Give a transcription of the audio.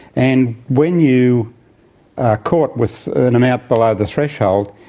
and when you are caught with an amount below the threshold,